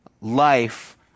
life